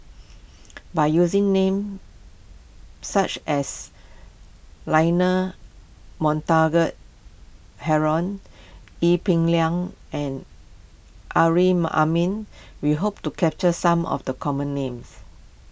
by using names such as Leonard Montague Harrod Ee Peng Liang and Amrin Amin we hope to capture some of the common names